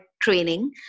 Training